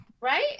Right